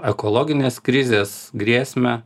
ekologinės krizės grėsmę